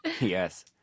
Yes